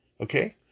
Okay